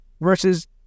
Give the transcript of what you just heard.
versus